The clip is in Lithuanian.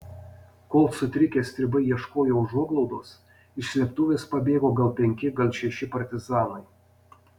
kol sutrikę stribai ieškojo užuoglaudos iš slėptuvės pabėgo gal penki gal šeši partizanai